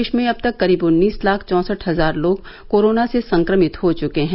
देश में अब तक करीब उन्नीस लाख चौसठ हजार लोग कोरोना से संक्रमित हो चुके हैं